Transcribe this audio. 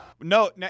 no